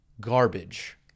garbage